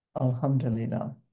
Alhamdulillah